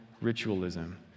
ritualism